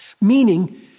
Meaning